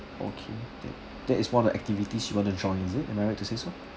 okay that that is one of the activities you want to join is it am I right to say so